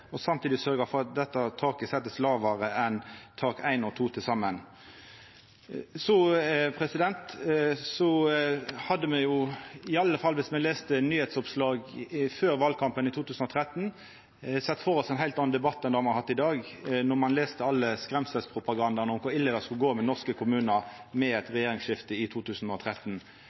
og samtidig sørgje for at dette taket blir sett lågare enn tak 1 og tak 2 til saman. Så hadde me – i alle fall dersom me las nyheitsoppslag før valkampen i 2013 – sett for oss ein heilt annan debatt enn me har hatt i dag, ut frå all skremselspropagandaen om kor ille det skulle gå med norske kommunar med eit regjeringsskifte i 2013.